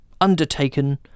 Undertaken